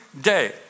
day